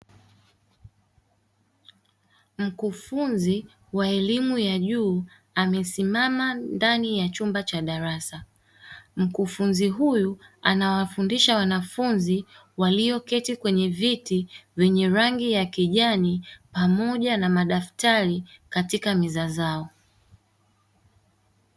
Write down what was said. Mkufunzi wa elimu ya juu amesimama ndani ya chumba cha darasa, mkufunzi huyu anawafundisha wanafunzi walioketi kwenye viti vyenye rangi ya kijani pamoja na madaftari katika meza zao.